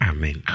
Amen